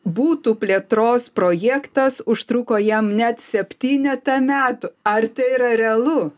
butų plėtros projektas užtruko jam net septynetą metų ar tai yra realu